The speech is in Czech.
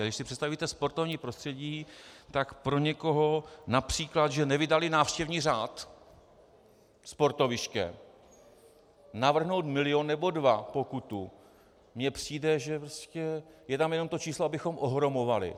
Když si představíte sportovní prostředí, tak pro někoho například, že nevydali návštěvní řád sportoviště, navrhnout milion nebo dva pokutu mi přijde, že je tam jenom to číslo, abychom ohromovali.